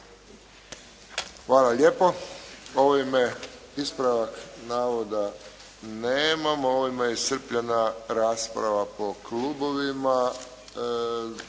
Hvala lijepo. Ispravak navoda nemamo. Ovime je iscrpljena rasprava po klubovima.